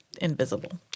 invisible